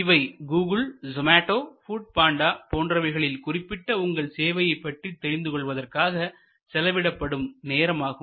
இவை Google Zomato Foodpanda போன்றவைகளில் குறிப்பிட்ட உங்கள் சேவையைப் பற்றி தெரிந்து கொள்வதற்காக செலவிடப்படும் நேரம் ஆகும்